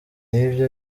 y’ibi